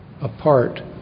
apart